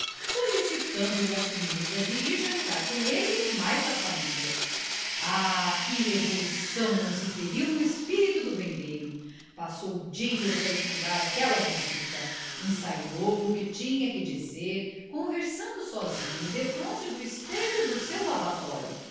do vizinho solicitando lhe a fineza de ir jantar com ele mais a família ah que revolução não se feriu no espírito do vendeiro passou dias a estudar aquela visita ensaiou o que tinha que dizer conversando sozinho defronte do espelho do seu lavatório